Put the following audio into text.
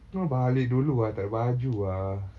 aku nak balik dulu ah takde baju ah